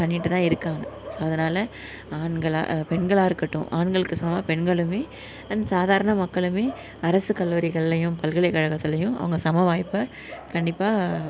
பண்ணிவிட்டுதான் இருக்காங்க ஸோ அதனால் ஆண்களாக பெண்களாக இருக்கட்டும் ஆண்களுக்கு சமமாக பெண்களும் அண்ட் சாதாரண மக்களும் அரசு கல்லூரிகள்லேயும் பல்கலைக்கழகத்துலேயும் அவங்க சம வாய்ப்பு கண்டிப்பாக